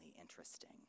interesting